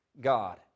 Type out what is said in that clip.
God